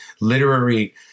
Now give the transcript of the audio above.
literary